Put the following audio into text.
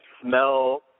smell